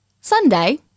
Sunday